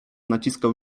naciskał